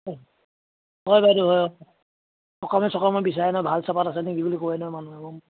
হয় হয় বাইদেউ হয় সকমে চকামে বিচাৰে ন ভাল চাহপাত আছে নেকি বুলি কয় ন মানুহবোৰে